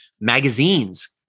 magazines